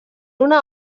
una